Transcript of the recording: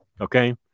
Okay